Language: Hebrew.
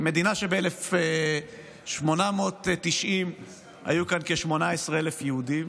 מדינה שב-1890 היו כאן כ-18,000 יהודים,